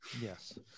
Yes